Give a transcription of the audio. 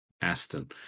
Aston